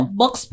box